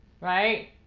Right